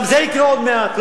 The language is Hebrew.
גם זה יקרה עוד מעט.